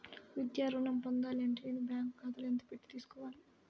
విద్యా ఋణం పొందాలి అంటే నేను బ్యాంకు ఖాతాలో ఎంత పెట్టి తీసుకోవాలి?